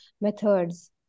methods